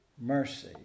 mercy